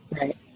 Right